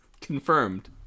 Confirmed